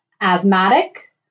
asthmatic